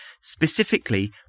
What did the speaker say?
specifically